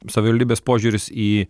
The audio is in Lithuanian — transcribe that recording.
savivaldybės požiūris į